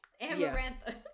Amarantha